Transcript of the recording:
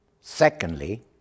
Secondly